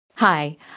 Hi